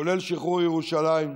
כולל שחרור ירושלים,